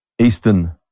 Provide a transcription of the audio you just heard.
eastern